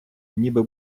ніби